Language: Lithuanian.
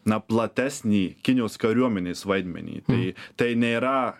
na platesnį kinijos kariuomenės vaidmenį tai tai nėra